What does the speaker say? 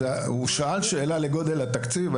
הוא שאל שאלה על גודל התקציב,